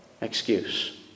excuse